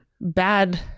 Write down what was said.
bad